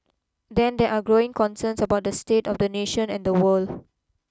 then there are growing concerns about the state of the nation and the world